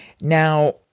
Now